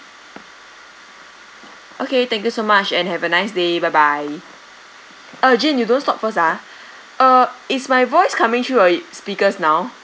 okay thank you so much and have a nice day bye bye uh jane you don't stop first ah uh is my voice coming through your speakers now